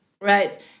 Right